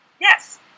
Yes